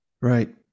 Right